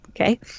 okay